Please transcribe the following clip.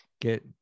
get